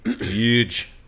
huge